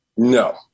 No